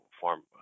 form